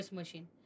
machine